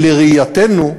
לראייתנו,